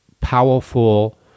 powerful